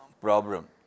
problem